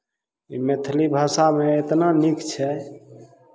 ई मैथिली भाषामे इतना नीक छै